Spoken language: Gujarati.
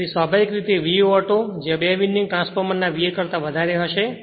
તેથી સ્વાભાવિક રીતે VA auto જે બે વિન્ડિંગ ટ્રાન્સફોર્મરના VA કરતા વધારે હશે